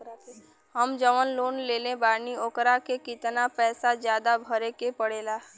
हम जवन लोन लेले बानी वोकरा से कितना पैसा ज्यादा भरे के पड़ेला?